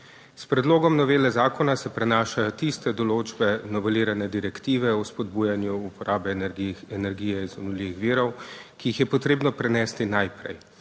S predlogom novele zakona se prenašajo tiste določbe novelirane Direktive o spodbujanju uporabe energije iz obnovljivih virov, ki jih je potrebno prenesti najprej